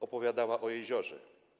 Opowiadała o jeziorze.